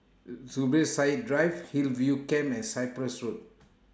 Zubir Said Drive Hillview Camp and Cyprus Road